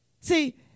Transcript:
See